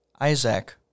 Isaac